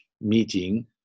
meeting